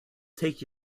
take